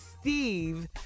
Steve